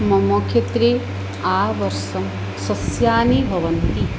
मम क्षेत्रे आवर्षं सस्यानि भवन्ति